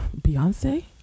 beyonce